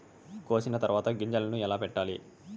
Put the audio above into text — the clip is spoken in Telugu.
కోసిన తర్వాత గింజలను ఎలా పెట్టాలి